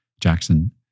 Jackson